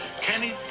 Kenny